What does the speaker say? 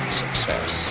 success